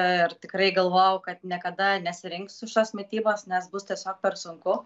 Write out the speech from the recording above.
ir tikrai galvojau kad niekada nesirinksiu šios mitybos nes bus tiesiog per sunku